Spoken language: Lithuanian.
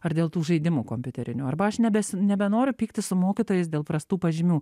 ar dėl tų žaidimų kompiuterinių arba aš nebesi nebenoriu pyktis su mokytojais dėl prastų pažymių